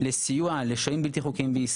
ולהעביר כספים לארגונים כאלה,